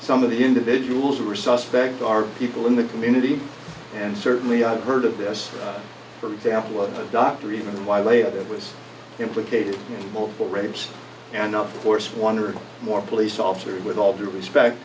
some of the individuals who are suspect are people in the community and certainly i've heard of this for example a doctor even the lady that was implicated multiple rapes and of course one or more police officers with all due respect